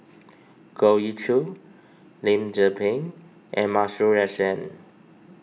Goh Ee Choo Lim Tze Peng and Masuri S N